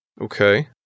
Okay